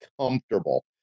comfortable